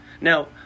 Now